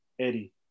Eddie